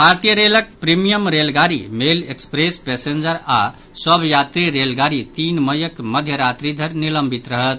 भारतीय रेलक प्रीमियम रेलगाड़ी मेल एक्सप्रेस पैसेंजर आओर सभ यात्री रेलगाड़ी तीन मईक मध्य रात्रि धरि निलंबित रहत